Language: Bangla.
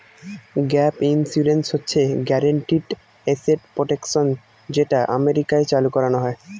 গ্যাপ ইন্সুরেন্স হচ্ছে গ্যারান্টিড এসেট প্রটেকশন যেটা আমেরিকায় চালু করানো হয়